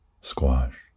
Squash